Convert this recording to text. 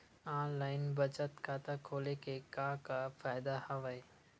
online बचत खाता खोले के का का फ़ायदा हवय